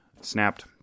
snapped